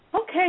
Okay